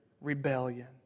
rebellion